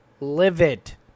livid